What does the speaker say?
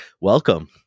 Welcome